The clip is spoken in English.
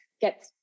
get